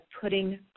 putting